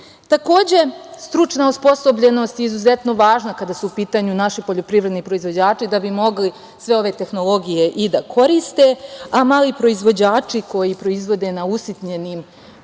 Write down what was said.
stručna osposobljenost je izuzetno važna kada su u pitanju naši poljoprivredni proizvođači da bi mogli sve ove tehnologije i da koriste, a mali proizvođači koji proizvode na usitnjenim